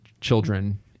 children